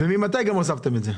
וגם ממתי הוספתם את זה.